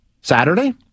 Saturday